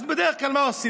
אז בדרך כלל מה עושים?